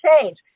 change